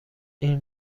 این